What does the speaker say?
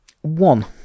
One